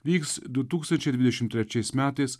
vyks du tūkstančiai dvidešim trečiais metais